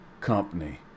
company